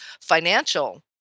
financial